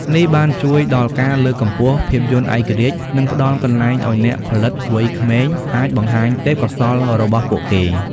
នេះបានជួយដល់ការ លើកកម្ពស់ភាពយន្តឯករាជ្យ និងផ្តល់កន្លែងឱ្យអ្នកផលិតវ័យក្មេងអាចបង្ហាញទេពកោសល្យរបស់ពួកគេ។